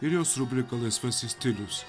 ir jos rubrika laisvasis stilius